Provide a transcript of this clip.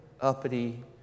uppity